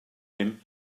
him